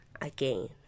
again